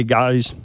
guys